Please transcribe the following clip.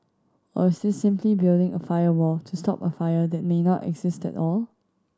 or is this simply building a firewall to stop a fire that may not exist at all